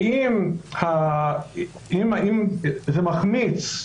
שאם זה מחמיץ,